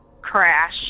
crash